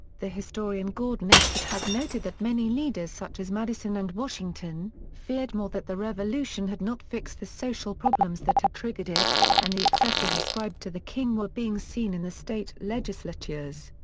the historian gordon s. wood has noted that many leaders such as madison and washington, feared more that the revolution had not fixed the social problems that had triggered it, and the excesses ascribed to the king were being seen in the state legislatures.